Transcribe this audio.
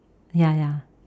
ya ya